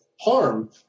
harm